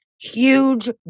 huge